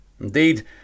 Indeed